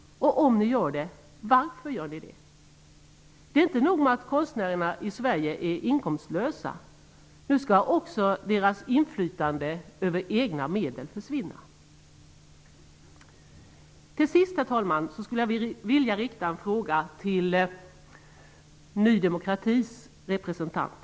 Varför anser ni det, om ni nu gör det? Det är inte nog med att konstnärerna i Sverige är inkomstlösa. Nu skall också deras inflytande över egna medel försvinna. Herr talman! Till sist skulle jag vilja rikta en fråga till Ny demokratis representant.